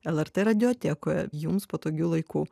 lrt radiotekoje jums patogiu laiku